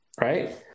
right